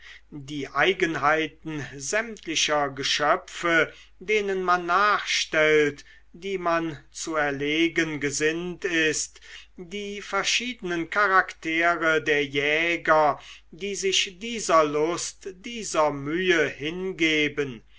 die eigenheiten sämtlicher geschöpfe denen man nachstellt die man zu erlegen gesinnt ist die verschiedenen charaktere der jäger die sich dieser lust dieser mühe hingeben